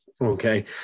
okay